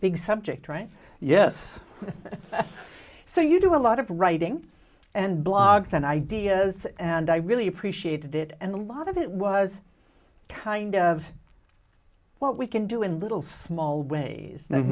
big subject right yes so you do a lot of writing and blogs and ideas and i really appreciated it and a lot of it was kind of what we can do in little small ways